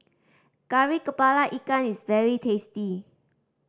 Kari Kepala Ikan is very tasty